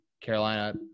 Carolina